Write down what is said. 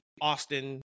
Austin